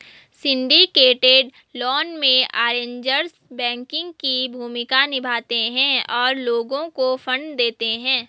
syndicated loan में, arrangers banking की भूमिका निभाते हैं और लोगों को फंड देते हैं